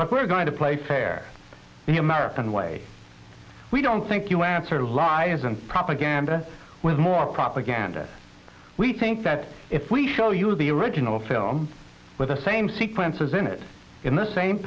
but we're going to play fair here american way we don't think you answer lies and propaganda with more propaganda we think that if we show you the original film with the same sequences in it in the same